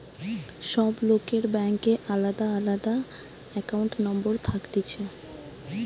সব লোকের ব্যাংকে আলদা আলদা একাউন্ট নম্বর থাকতিছে